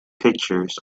pictures